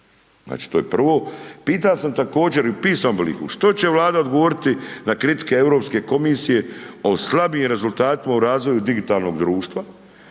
Znači to je prvo. Pitao sam također u pisanom obliku, što će Vlada odgovoriti na kritike Europske komisije o slabijem rezultatima u razvoju digitalnog društva